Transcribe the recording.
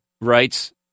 writes